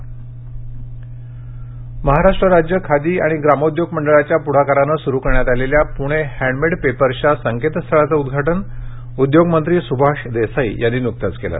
intro khadi ग्रामोद्योग महाराष्ट्र राज्य खादी आणि ग्रामोद्योग मंडळाच्या प्ढाकाराने सूरु करण्यात आलेल्या प्णे हँडमेड पेपर्सच्या संकेतस्थळाचे उद्घाटन उद्घोगमंत्री सुभाष देसाई यांनी नुकतेच केले